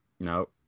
No